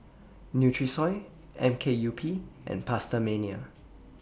Nutrisoy M K U P and PastaMania